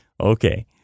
okay